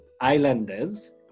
islanders